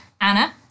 Anna